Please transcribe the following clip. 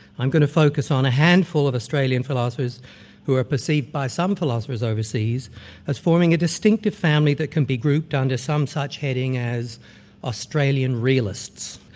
i'm going to focus on a handful of australian philosophers who are perceived by some philosophers overseas as forming a distinctive family that can be grouped under some such heading as australian realists.